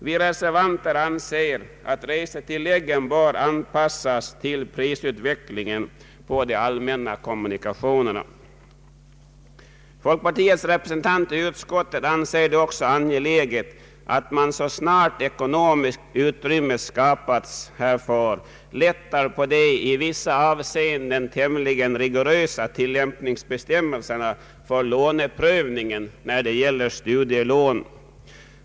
Vi reservanter anser att resetilläggen bör anpassas till prisutvecklingen när det gäller de allmänna kommunikationerna. Folkpartiets representanter i utskottet anser det också angeläget, att man så snart ekonomiskt utrymme skapats lättar på de i vissa avseenden tämligen rigorösa tillämpningsbestämmelserna för låneprövningen när det gäller studielån.